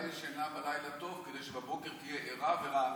הממשלה ישנה בלילה טוב כדי שבבוקר תהיה ערה ורעננה.